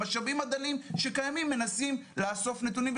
במשאבים הדלים שקיימים מנסים לאסוף נתונים.